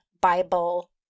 Bible